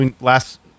last